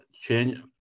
change